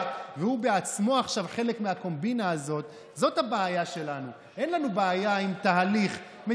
הוא שאל אותך איך עבר עלייך השבוע הראשון בתפקיד?